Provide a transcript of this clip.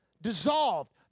Dissolved